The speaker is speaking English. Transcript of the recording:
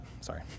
sorry